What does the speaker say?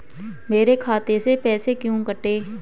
मेरे खाते से पैसे क्यों कटे?